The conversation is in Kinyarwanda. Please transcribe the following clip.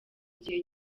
gihe